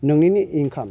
नोंनिनो income